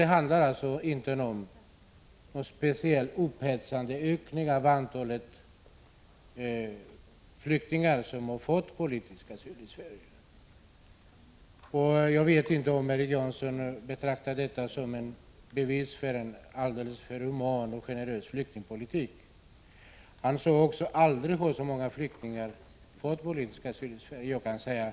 Det handlar alltså inte om någon speciellt upphetsande ökning av antalet flyktingar som har fått politisk asyl i Sverige. Jag vet inte om Erik Janson betraktar detta som ett bevis för att Sverige bedriver en alldeles för human och generös flyktingpolitik. Erik Janson sade också: Aldrig har så många flyktingar fått politisk asyl i Sverige.